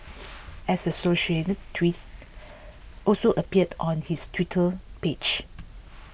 an associated tweet also appeared on his Twitter page